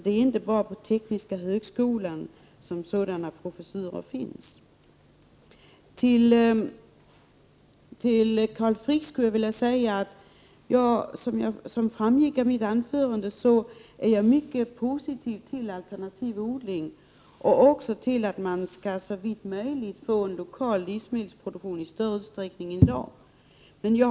Det är inte bara på Tekniska högskolan sådana professurer finns. Till Carl Frick vill jag säga att jag — som framgick av mitt anförande — är mycket positiv till alternativ odling och till att man såvitt möjligt skall få en lokal livsmedelsproduktion i större omfattning än man har i dag.